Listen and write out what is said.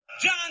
John